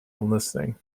enlisting